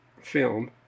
film